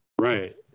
right